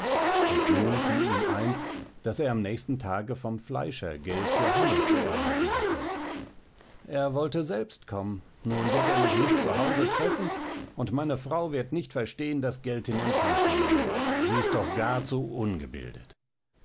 und nun fiel ihm ein daß er am nächsten tage vom fleischer geld für hammel zu erhalten hatte er wollte selbst kommen nun wird er mich nicht zu hause treffen und meine frau wird nicht verstehen das geld in empfang zu nehmen sie ist doch gar zu ungebildet